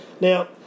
Now